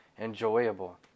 enjoyable